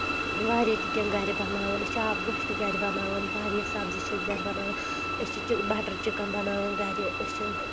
واریاہ تہِ کینٛہہ گرِ بَناوَان أسۍ آبہٕ گۄش تہِ گرِ بَناوَان واریاہ سَبزی چھِ أسۍ گَرِ بَناوَان أسۍ چھِ بَٹر چِکَن بَناوَان گَرِ أسۍ چھِ